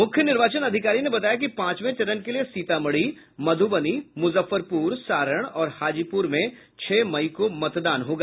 मुख्य निर्वाचन अधिकारी ने बताया कि पांचवें चरण के लिए सीतामढ़ी मध्बनी मुजफ्फरपुर सारण और हाजीपुर में छह मई को मतदान होगा